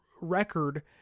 record